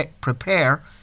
prepare